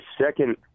second